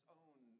own